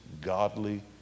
godly